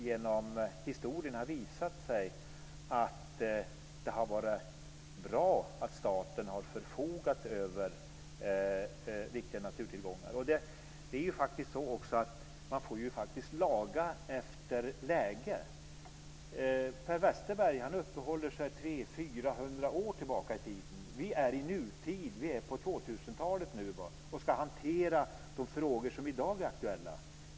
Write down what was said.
Genom historien har det visat sig att det har varit bra att staten har förfogat över viktiga naturtillgångar. Man får ju faktiskt laga efter läge. Per Westerberg uppehåller sig 300-400 år tillbaka i tiden. Vi lever i nutid på 2000-talet och ska hantera de frågor som i dag är aktuella.